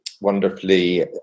wonderfully